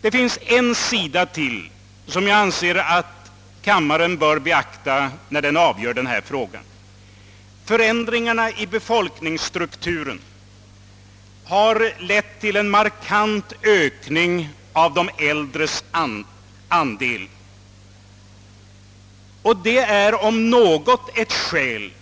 Det finns ytterligare en sida som jag anser att kammaren bör beakta när den avgör denna fråga. Förändringarna i befolkningsstrukturen har lett till en markant ökning av de äldres andel i befolkningen. Detta är, om något, ett skäl